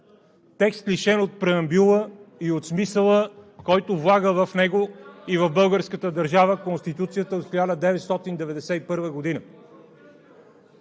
Текст, лишен от преамбюла и от смисъла, който влага в него и в българската държава Конституцията от 1991 г.